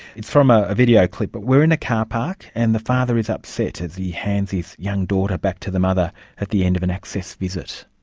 it's from ah a video clip, but we are in a car park and the father is upset as he hands his young daughter back to the mother at the end of an access visit.